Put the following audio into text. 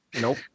nope